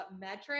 Metric